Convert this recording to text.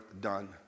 done